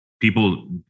People